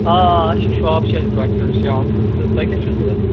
آ آ اسہِ چھِ شاپ چھِ اسہِ ڈراے فروٗٹ شَاپ تہٕ تۄہہِ کیاہ چھُ ضوٚرتھ